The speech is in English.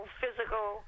physical